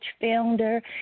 Founder